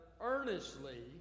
earnestly